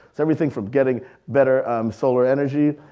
so everything from getting better um solar energy,